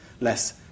less